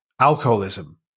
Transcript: alcoholism